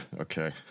Okay